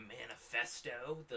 manifesto